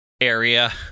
area